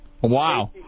Wow